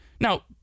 Now